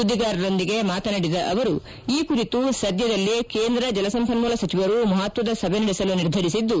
ಸುದ್ದಿಗಾರರೊಂದಿಗೆ ಮಾತನಾಡಿದ ಅವರು ಈ ಕುರಿತು ಸದ್ಯದಲ್ಲೇ ಕೇಂದ್ರ ಜಲಸಂಪನ್ಣೂಲ ಸಚಿವರು ಮಹತ್ವದ ಸಭೆ ನಡೆಸಲು ನಿರ್ಧರಿಸಿದ್ದು